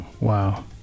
Wow